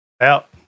out